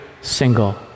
single